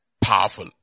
Powerful